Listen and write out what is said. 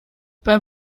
beim